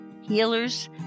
healers